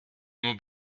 nur